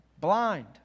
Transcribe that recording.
blind